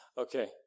Okay